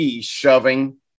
shoving